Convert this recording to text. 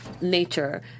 nature